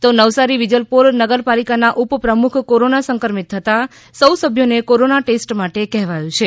તો નવસારી વિજલપોર નગરપાલિકા ના ઉપપ્રમુખ કોરોના સંક્રમિત થતા સૌ સભ્યો ને કોરોના ટેસ્ટ માટે કહેવાયું છે